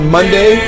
Monday